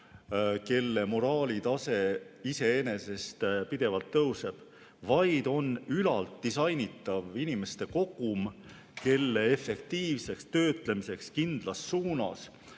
kelle moraalitase iseenesest pidevalt tõuseb, vaid on ülalt disainitav inimeste kogum, kelle efektiivseks töötlemiseks kindlas suunas